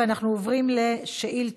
אנחנו עוברים לשאילתות.